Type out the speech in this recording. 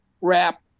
wrap